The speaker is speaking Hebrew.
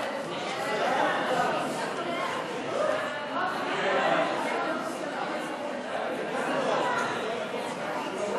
קביעת פקודות בעניין המלצה על מחיקת רישום